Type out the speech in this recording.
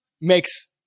Makes